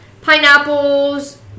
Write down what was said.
Pineapples